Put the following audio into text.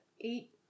eight